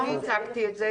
אני הצגתי את זה,